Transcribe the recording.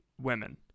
women